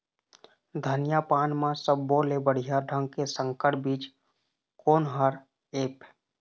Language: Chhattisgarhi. धनिया पान म सब्बो ले बढ़िया ढंग के संकर बीज कोन हर ऐप?